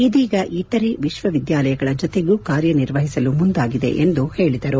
ಇದೀಗ ಇತರ ವಿಕ್ವವಿದ್ಗಾಲಯಗಳ ಜತೆಗೂ ಕಾರ್ಯನಿರ್ವಹಿಸಲು ಮುಂದಾಗಿದೆ ಎಂದು ಹೇಳಿದರು